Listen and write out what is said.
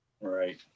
Right